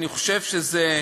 אני חושב שזה,